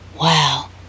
Wow